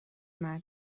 matter